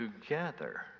together